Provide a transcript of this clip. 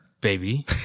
Baby